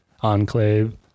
enclave